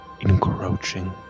encroaching